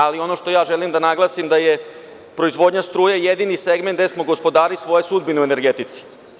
Ali, ono što ja želim da naglasim jeste da je proizvodnja struje jedini segment gde smo gospodari svoje sudbine u energetici.